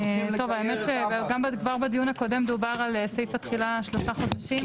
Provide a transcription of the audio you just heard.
האמת שגם בדיון הקודם דובר על סעיף התחילה שלושה חודשים,